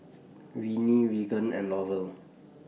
Renee Regan and Laurel